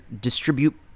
distribute